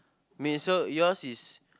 me so yours is